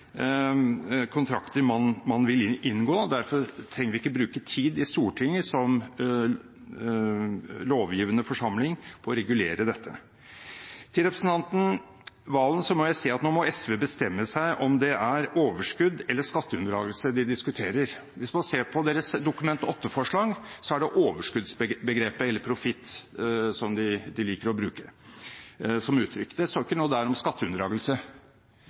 kontrakter man vil inngå, så derfor trenger vi ikke bruke tid i Stortinget, som lovgivende forsamling, på å regulere dette. Til representanten Serigstad Valen må jeg si at nå må SV bestemme seg om det er overskudd eller skatteunndragelse de diskuterer. Hvis man ser på deres Dokument 8-forslag, er det begrepene «overskudd» eller «profitt» de liker å bruke som uttrykk. Det står ikke noe der om skatteunndragelse. Bare for å si det: Vi er